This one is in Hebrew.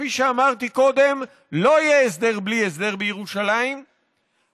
וכפי שאמרתי קודם: לא יהיה הסדר בלי הסדר בירושלים המיעוט